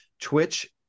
Twitch